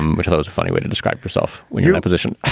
and which ah is a funny way to describe yourself when you're in a position.